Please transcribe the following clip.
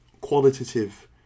qualitative